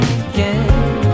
again